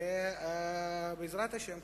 בעזרת השם,